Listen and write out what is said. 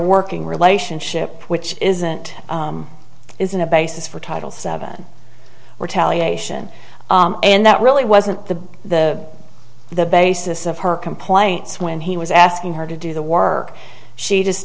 working relationship which isn't isn't a basis for title seven or tele ation and that really wasn't the the the basis of her complaints when he was asking her to do the work she just